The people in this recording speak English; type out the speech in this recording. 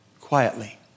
quietly